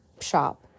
shop